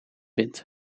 wind